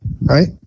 right